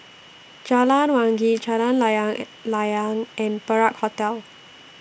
Jalan Wangi Jalan Layang and Layang and Perak Hotel